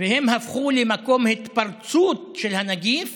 והן הפכו למקום התפרצות של הנגיף